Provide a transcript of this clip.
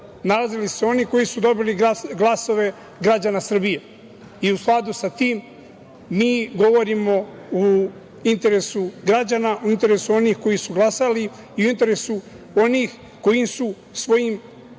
nalazili su se oni koji su dobili glasove građana Srbije i u skladu sa tim, mi govorimo u interesu građana, u interesu onih koji su glasali i u interesu onih koji su svojim